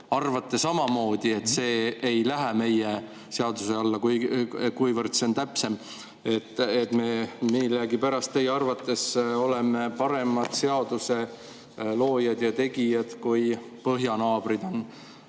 arvate samamoodi, et see ei lähe meie seaduse alla, kuivõrd see on täpsem. Me teie arvates millegipärast oleme paremad seaduseloojad ja -tegijad, kui põhjanaabrid on. Aga